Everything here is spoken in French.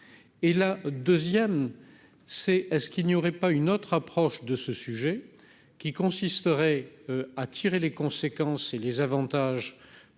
et la 2ème, c'est est-ce qu'il n'y aurait pas une autre approche de ce sujet qui consisterait à tirer les conséquences et les avantages